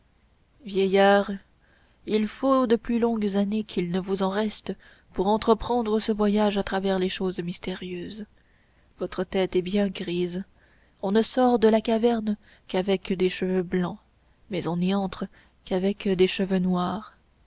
vieillard il faut de plus longues années qu'il ne vous en reste pour entreprendre ce voyage à travers les choses mystérieuses votre tête est bien grise on ne sort de la caverne qu'avec des cheveux blancs mais on n'y entre qu'avec des cheveux noirs